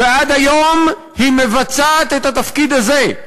ועד היום היא מבצעת את התפקיד הזה.